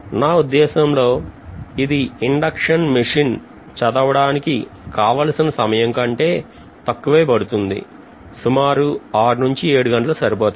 నా ఉద్దేశంలో ఇది ఇండక్షన్ మెషిన్ చదవడానికి కావలసిన సమయం కంటే తక్కువే పడుతుంది సుమారు ఆరు నుంచి 7 గంటలు సరిపోతాయి